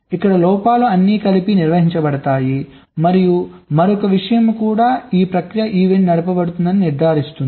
ఇక్కడ లోపాలు అన్నీ కలిసి నిర్వహించబడతాయి మరియు మరొక విషయం కూడా ఈ ప్రక్రియ ఈవెంట్ నడపబడుతుందని నిర్ధారిస్తుంది